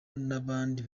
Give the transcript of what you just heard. n’abandi